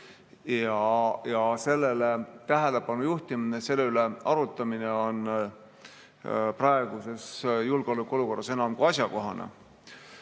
Sellele tähelepanu juhtimine ja selle üle arutamine on praeguses julgeolekuolukorras enam kui asjakohane.